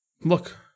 look